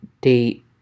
date